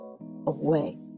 away